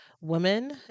women